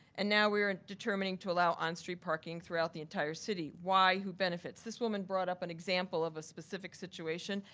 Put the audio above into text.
and now we are determining to allow on street parking throughout the entire city. why, who benefits? this woman brought up an example of a specific situation.